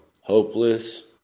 hopeless